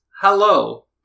hello